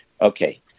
Okay